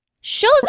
shows